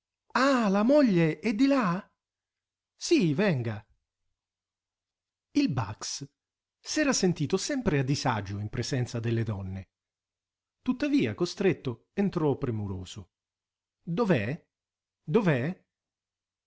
ah la moglie è di là sì venga il bax s'era sentito sempre a disagio in presenza delle donne tuttavia costretto entrò premuroso dov'è